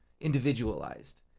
individualized